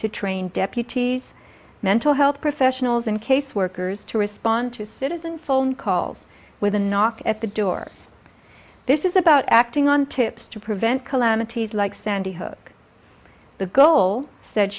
to train deputies mental health professionals and caseworkers to respond to citizen phone calls with a knock at the door this is about acting on tips to prevent calamities like sandy hook the goal said